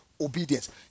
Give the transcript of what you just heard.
obedience